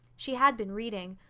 she had been reading,